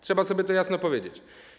Trzeba sobie to jasno powiedzieć.